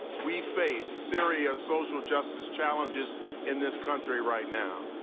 we face serious social justice challenges in this country right now.